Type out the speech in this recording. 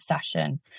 session